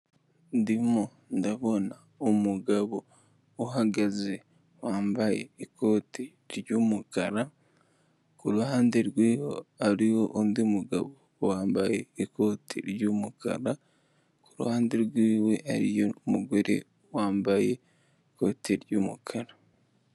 Ndimo ndabona umugabo uhagaze wambaye ikote ry'umukara ku ruhande rwe hariho undi mugabo wambaye ikoti ry'umukara, ku ruhande rwiwe hari mugore wambaye ikoti ry'umukara.